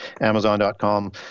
amazon.com